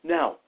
Now